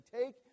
take